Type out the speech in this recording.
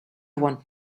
want